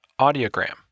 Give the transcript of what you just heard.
audiogram